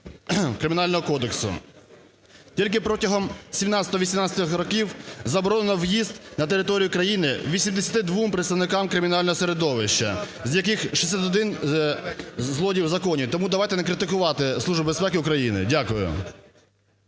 Кримінального кодексу. Тільки протягом 17-18-х років заборонено в'їзд на територію країни 82 представникам кримінального середовища, з яких 61 злодіїв в законі. Тому давайте не критикувати Службу